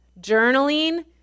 journaling